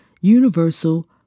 universal